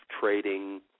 trading